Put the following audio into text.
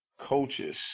coaches